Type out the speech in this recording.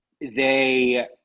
they-